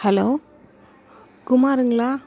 hello குமாருங்களா